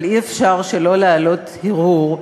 אבל אי-אפשר שלא להעלות הרהור,